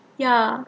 ya